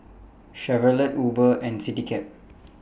Chevrolet Uber and Citycab